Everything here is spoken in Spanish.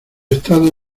estado